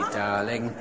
darling